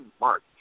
march